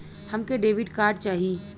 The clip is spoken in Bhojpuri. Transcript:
हमके डेबिट कार्ड चाही?